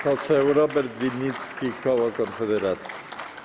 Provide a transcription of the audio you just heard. Poseł Robert Winnicki, koło Konfederacji.